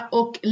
och